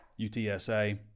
UTSA